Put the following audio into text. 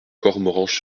cormoranche